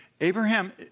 Abraham